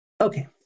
Okay